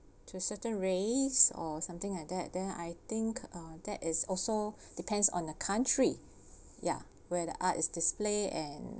to certain race or something like that then I think uh that is also depends on the country ya where the art is displayed and